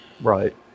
Right